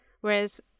Whereas